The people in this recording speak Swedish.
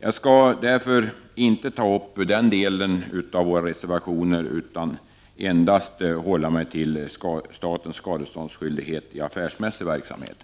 Jag skall därför inte ta upp den delen av våra reservationer till debatt, utan begränsa mig till att tala om statens skadeståndsskyldighet i affärsmässig verksamhet.